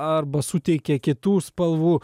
arba suteikia kitų spalvų